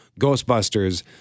Ghostbusters